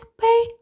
pay